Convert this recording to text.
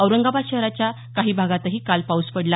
औरंगाबाद शहराच्या काही भागातही काल पाऊस पडला